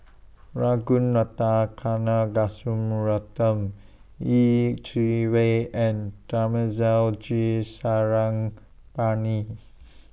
Ragunathar Kanagasuntheram Yeh Chi Wei and Thamizhavel G Sarangapani